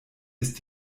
ist